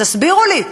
תסבירו לי.